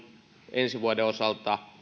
ensi vuoden osalta